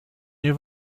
nie